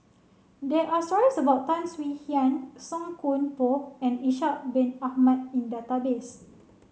there are stories about Tan Swie Hian Song Koon Poh and Ishak Bin Ahmad in database